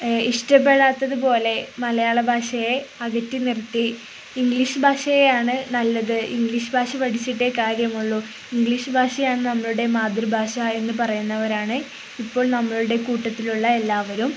ഇഷ്ടപ്പെടാത്തതുപോലെ മലയാളഭാഷയെ അകറ്റിനിർത്തി ഇംഗ്ലീഷ് ഭാഷയാണ് നല്ലത് ഇംഗ്ലീഷ് ഭാഷ പഠിച്ചിട്ടേ കാര്യമുള്ളൂ ഇംഗ്ലീഷ് ഭാഷയാണ് നമ്മുടെ മാതൃഭാഷയെന്ന് പറയുന്നവരാണ് ഇപ്പോൾ നമ്മുടെ കൂട്ടത്തിലുള്ള എല്ലാവരും